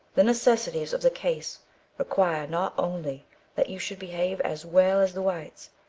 the necessities of the case require not only that you should behave as well as the whites,